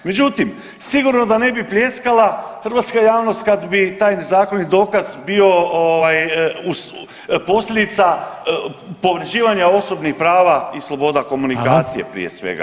Međutim, sigurno da ne bi pljeskala hrvatska javnost kad bi taj zakonit dokaz bio ovaj posljedica povrjeđivanja osobnih prava i sloboda komunikacije, prije svega.